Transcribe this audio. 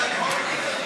התשע"ו 2015,